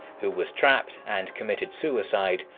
who was trapped and committed suicide,